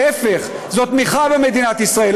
להפך, זו תמיכה במדינת ישראל.